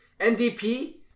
ndp